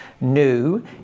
new